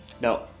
No